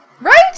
Right